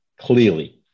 clearly